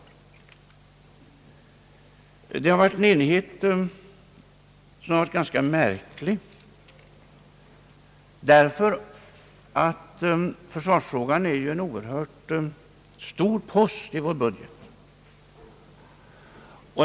Det är en enighet som varit ganska märklig, eftersom försvarsfrågan är en oerhört stor post i vår budget.